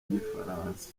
rw’igifaransa